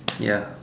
ya